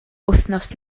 wythnos